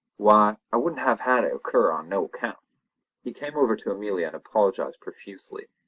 why, i wouldn't have had it occur on no account he came over to amelia and apologised profusely,